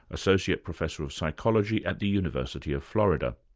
associate professor of psychology at the university of florida.